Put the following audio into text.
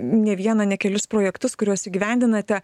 ne vieną ne kelis projektus kuriuos įgyvendinate